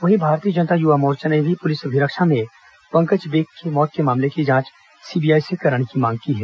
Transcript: वहीं भारतीय जनता युवा मोर्चा ने भी पुलिस अभिरक्षा में पंकज बेक के मौत के मामले की जांच सीबीआई से कराने की मांग की है